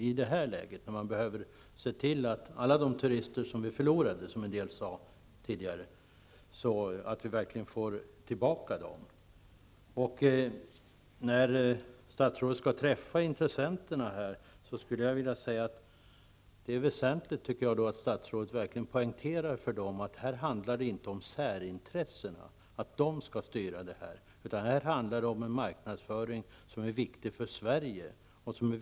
I den här situationen måste man se till att vi får tillbaka de turister som vi förlorar, enligt vad några har sagt tidigare. När statsrådet nu skall träffa företrädarna för branschen tycker jag att det är väsentligt att statsrådet verkligen poängterar att det här inte handlar om särintressena, att de skall styra det här. Här handlar det om en marknadsföring som är viktig för Sverige.